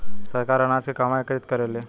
सरकार अनाज के कहवा एकत्रित करेला?